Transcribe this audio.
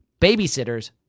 babysitters